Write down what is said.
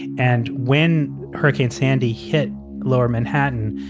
and when hurricane sandy hit lower manhattan,